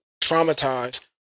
traumatized